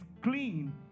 clean